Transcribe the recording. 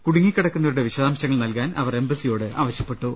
കുടുങ്ങിക്കിടക്കുന്നവരുടെ വിശദാം ശങ്ങൾ നൽകാൻ അവർ എംബസിയോട് ആവശ്യപ്പെട്ടു